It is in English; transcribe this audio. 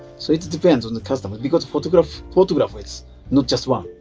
so it depends on the customer because photograph photograph is not just one.